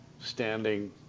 standing